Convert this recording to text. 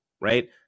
right